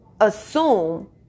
assume